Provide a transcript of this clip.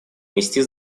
нести